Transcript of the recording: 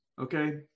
Okay